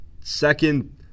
second